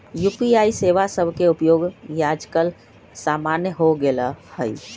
UPI सेवा सभके उपयोग याजकाल सामान्य हो गेल हइ